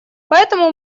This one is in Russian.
поэтому